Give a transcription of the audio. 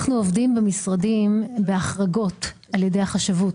אנחנו במשרד עובדים בהחרגות על ידי החשבות.